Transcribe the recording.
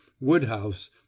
Woodhouse